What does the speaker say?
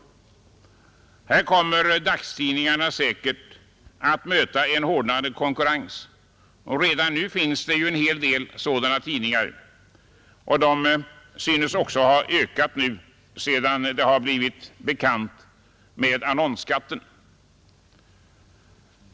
Här kommer dagstidningarna säkert att möta en hårdnande konkurrens. Redan nu finns det en hel del sådana tidningar, och de synes ha ökat sedan annonsskatten blivit bekant.